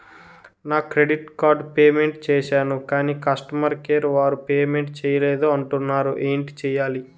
నా credit card payment చేసాను కాని కస్టమర్ కేర్ వారు పే చేయలేదు అంటున్నారు ఏంటి చేయాలి?